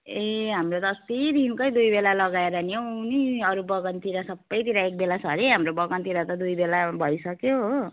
ए हाम्रो त अस्तिदेखिकै दुई बेला लगाएर नि हौ नि अरू बगानतिर सबैतिर एक बेला छ अरे हाम्रो बगानतिर दुई बेला भइसक्यो हो